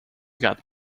got